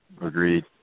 Agreed